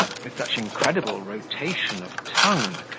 with such incredible rotation of tongue,